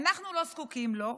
אנחנו לא זקוקים לו,